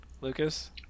Lucas